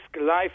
life